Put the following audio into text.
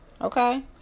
Okay